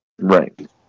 right